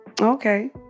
Okay